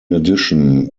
addition